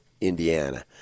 Indiana